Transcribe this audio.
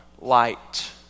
light